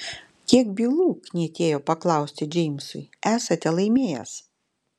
kiek bylų knietėjo paklausti džeimsui esate laimėjęs